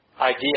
idea